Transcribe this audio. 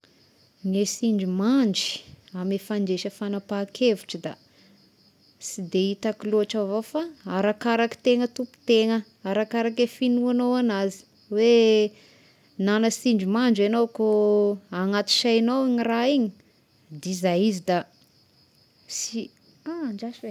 Ny sindrimandry ame fandraisa fanampahakevitra da sy de hitako loatra avao fa arakaraka tegna tompo tegna, arakarake fignoanao agnazy hoe nagna sindrimandry agnao kô anaty saignao igny raha igny di zay izy da sy, ah ndraso eh.